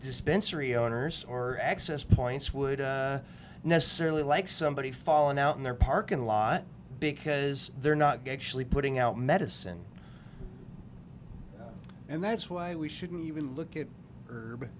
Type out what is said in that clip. dispensary owners or access points would necessarily like somebody falling out in their parking lot because they're not actually putting out medicine and that's why we shouldn't even look at